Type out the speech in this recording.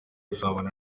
gusabana